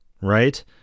right